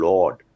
Lord